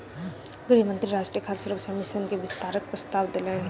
गृह मंत्री राष्ट्रीय खाद्य सुरक्षा मिशन के विस्तारक प्रस्ताव देलैन